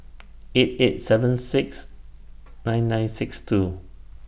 eight eight seven six nine nine six two